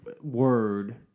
word